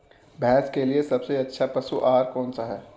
भैंस के लिए सबसे अच्छा पशु आहार कौनसा है?